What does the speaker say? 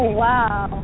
wow